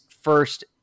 first